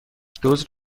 دزد